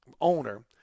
owner